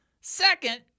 Second